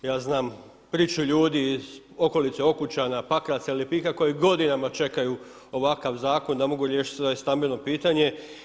Ja znam priču ljudi iz okolice Okučana, Pakraca i Lipika koji godinama čekaju ovakav zakon da mogu riješiti svoje stambeno pitanje.